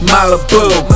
Malibu